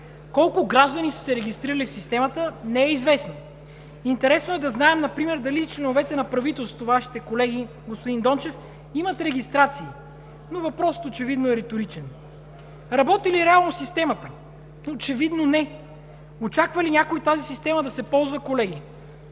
Колко граждани са се регистрирали в системата не е известно. Интересно е да знаем дали и членовете на правителството, Вашите колеги, господин Дончев, имат регистрации. Но въпросът очевидно е риторичен. Работи ли реално системата? Очевидно не! Очаква ли някой тази система да се ползва, колеги?